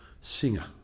singer